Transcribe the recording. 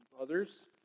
others